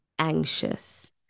anxious